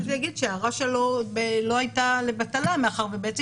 ההערה שלו לא הייתה לבטלה מאחר ובעצם